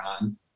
on